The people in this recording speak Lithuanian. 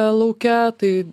lauke tai